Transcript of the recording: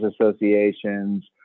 associations